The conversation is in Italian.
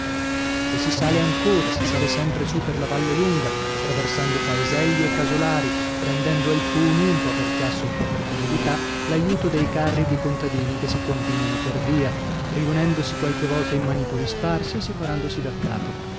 e si sale ancora si sale sempre su per la valle lunga traversando paeselli e casolari prendendo alcuni un po per chiasso un po per comodità l'aiuto dei carri di contadini che si combinano per via riunendosi qualche volta i manipoli sparsi e separandosi da capo